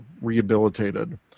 rehabilitated